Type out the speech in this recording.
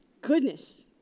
Goodness